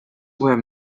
were